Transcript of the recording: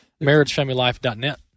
MarriageFamilyLife.net